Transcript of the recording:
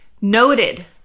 Noted